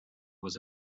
was